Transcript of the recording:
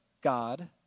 God